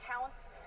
counts